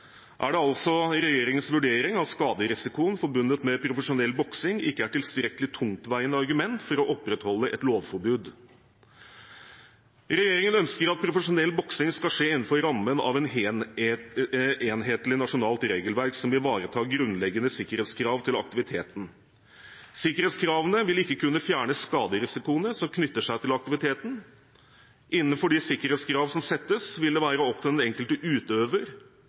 er det altså regjeringens vurdering at skaderisikoen forbundet med profesjonell boksing ikke er et tilstrekkelig tungtveiende argument for å opprettholde et lovforbud. Regjeringen ønsker at profesjonell boksing skal skje innenfor rammen av et enhetlig nasjonalt regelverk som ivaretar grunnleggende sikkerhetskrav til aktiviteten. Sikkerhetskravene vil ikke kunne fjerne skaderisikoen som knytter seg til aktiviteten. Innenfor de sikkerhetskrav som settes, vil det være opp til den enkelte utøver